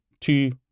two